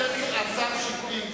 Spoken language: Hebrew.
השר לשעבר שטרית,